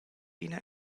ina